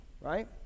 right